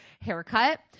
haircut